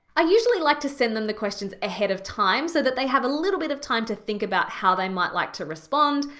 i usually like to send them the questions ahead of time so that they have a little bit of time to think about how they might like to respond,